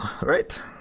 right